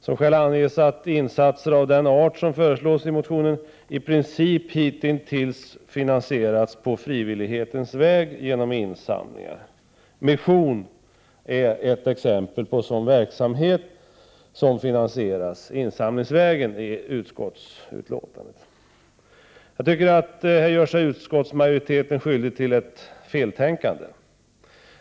Som skäl anförs att insatser av den art som föreslås i motionen hitintills i princip finansierats på frivillighetens väg genom insamlingar. Mission är ett exempel på sådan verksamhet som finansieras insamlingsvägen, enligt utskottsbetänkandet. Jag tycker att utskottsmajoriteten här gör sig skyldig till ett feltänkande.